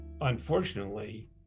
unfortunately